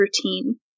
routine